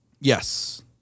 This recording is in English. Yes